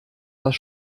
das